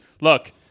look